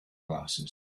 glasses